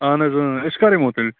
اہن حظ اۭں أسۍ کر یمو تیٚلہِ